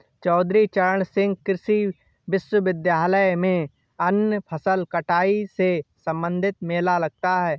चौधरी चरण सिंह कृषि विश्वविद्यालय में अन्य फसल कटाई से संबंधित मेला लगता है